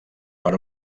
per